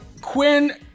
Quinn